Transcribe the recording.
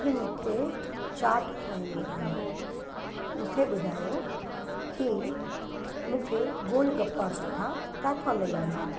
अॼु मूंखे चाट खाइणी आहे मूंखे ॿुधायो की मूंखे गोल गप्पा सुठा किथे मिलंदा